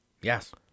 Yes